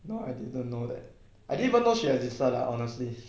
no I didn't know that I didn't even know she existed lah honestly